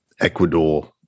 Ecuador